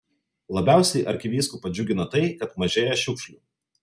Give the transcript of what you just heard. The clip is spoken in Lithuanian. labiausiai arkivyskupą džiugina tai kad mažėja šiukšlių